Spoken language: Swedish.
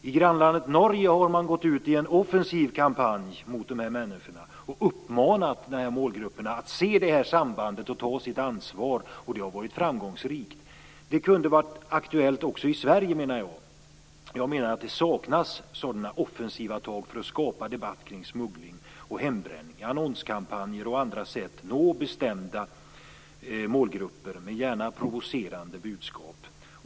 I grannlandet Norge har man gått ut i en offensiv kampanj mot dessa människor och uppmanat den här målgruppen att se sambandet och ta sitt ansvar. Det har varit framgångsrikt. Det kunde vara aktuellt också i Sverige, menar jag. Det saknas sådana offensiva tag för att skapa debatt kring smuggling och hembränning, för att genom annonskampanjer och på andra sätt nå bestämda målgrupper, gärna med provocerande budskap.